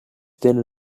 then